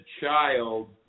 child